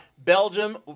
Belgium